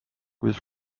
kuidas